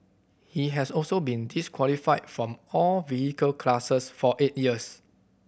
he has also been disqualified from all vehicle classes for eight years